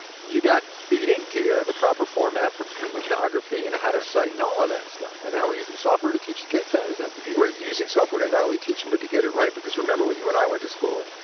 you got beat into you yeah the proper format for bibliography and how to cite and all of that stuff. and now we're using software to teach kids that, is that the deal? we're using software to not only teach them but to get it right. because remember when you and i went to school,